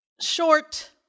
short